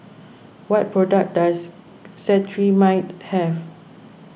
what products does Cetrimide have